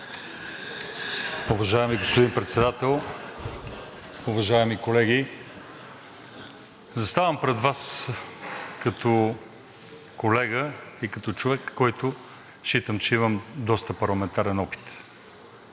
Уважаеми господин Председател, уважаеми колеги! Заставам пред Вас като колега и като човек и считам, че имам доста парламентарен опит.